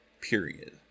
period